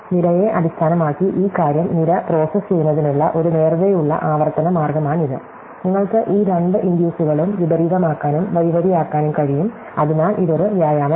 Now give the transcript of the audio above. നിരയെ അടിസ്ഥാനമാക്കി ഈ കാര്യം നിര പ്രോസസ്സ് ചെയ്യുന്നതിനുള്ള ഒരു നേർവേയുള്ള ആവർത്തന മാർഗമാണിത് നിങ്ങൾക്ക് ഈ രണ്ട് ഇൻഡ്യൂസുകളും വിപരീതമാക്കാനും വരിവരിയാക്കാനും കഴിയും അതിനാൽ ഇത് ഒരു വ്യായാമമാണ്